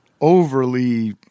overly